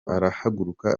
arahaguruka